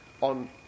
on